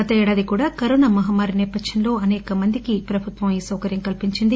గత ఏడాది కూడా కరోనా మహమ్మారి నేపథ్యంలో అనేక మంది ప్రజలకు ప్రభుత్వం ఈ సౌకర్యం కల్పించింది